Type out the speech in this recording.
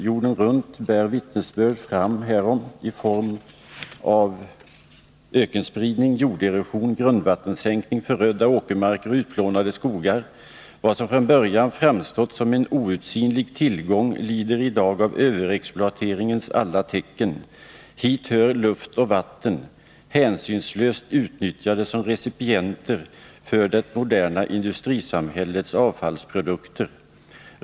Jorden runt bärs vittnesbörd härom fram i form av ökenspridning, jorderosion, grundvattensänkning, förödda åkermarker och utplånade skogar. Vad som från början framstått som en outsinlig tillgång lider i dag av överexploateringens alla tecken. Hit hör luft och vatten — hänsynslöst utnyttjade som recipienter för det moderna industrisamhällets avfallsprodukter.